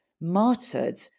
martyred